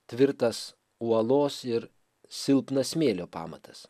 tvirtas uolos ir silpnas smėlio pamatas